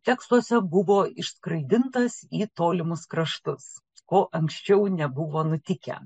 tekstuose buvo išskraidintas į tolimus kraštus ko anksčiau nebuvo nutikę